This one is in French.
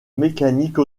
mécanique